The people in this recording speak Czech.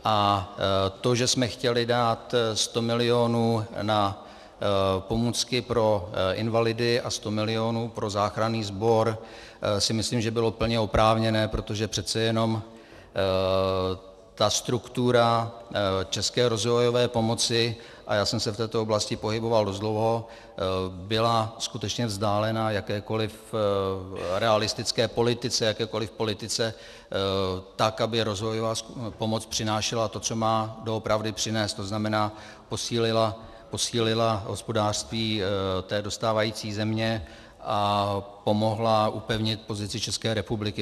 A to, že jsme chtěli dát 100 milionů na pomůcky pro invalidy a 100 milionů pro záchranný sbor, si myslím, že bylo plně oprávněné, protože přece jenom ta struktura české rozvojové pomoci, a já jsem se v této oblasti pohyboval dost dlouho, byla skutečně vzdálená jakékoli realistické politice, jakékoli politice tak, aby rozvojová pomoc přinášela to, co má doopravdy přinést, tzn. posílila hospodářství této stávající země a pomohla upevnit pozici České republiky.